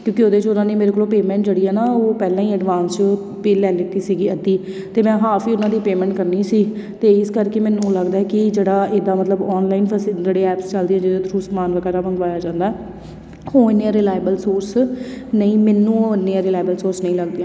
ਕਿਉਂਕਿ ਉਹਦੇ 'ਚ ਉਹਨਾਂ ਨੇ ਮੇਰੇ ਕੋਲੋਂ ਪੇਮੈਂਟ ਜਿਹੜੀ ਆ ਨਾ ਉਹ ਪਹਿਲਾਂ ਹੀ ਐਡਵਾਂਸ ਪਹਿਲਾਂ ਲਿਤੀ ਸੀਗੀ ਅੱਧੀ ਅਤੇ ਮੈਂ ਹਾਫ ਹੀ ਉਹਨਾਂ ਦੀ ਪੇਮੈਂਟ ਕਰਨੀ ਸੀ ਅਤੇ ਇਸ ਕਰਕੇ ਮੈਨੂੰ ਹੁਣ ਲੱਗਦਾ ਹੈ ਕਿ ਜਿਹੜਾ ਇੱਦਾਂ ਮਤਲਬ ਔਨਲਾਈਨ ਫਸ ਜਿਹੜੇ ਐਪਸ ਚੱਲਦੇ ਆ ਜਿਹਦੇ ਥਰੂ ਸਮਾਨ ਵਗੈਰਾ ਮੰਗਵਾਇਆ ਜਾਂਦਾ ਉਹ ਐਨੀਆਂ ਰਿਲਾਈਬਲ ਸੋਰਸ ਨਹੀਂ ਮੈਨੂੰ ਐਨੀਆਂ ਰਿਲਾਈਬਲ ਸੋਰਸ ਨਹੀਂ ਲੱਗਦੀਆਂ